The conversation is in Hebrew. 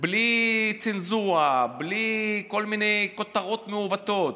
בלי צנזורה, בלי כל מיני כותרות מעוותות,